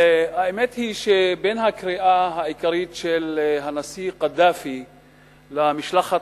האמת היא שבין הקריאה העיקרית של הנשיא קדאפי למשלחת